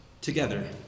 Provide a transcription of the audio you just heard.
together